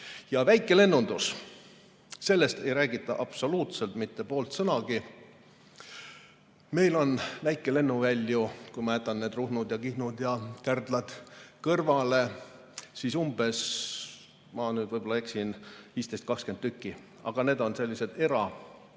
Väikelennundusest ei räägita absoluutselt, mitte poolt sõnagi. Meil on väikelennuvälju, kui jätta need Ruhnud ja Kihnud ja Kärdlad kõrvale, umbes, ma võib-olla eksin, 15–20 tükki, aga need on sellised eralennuväljad,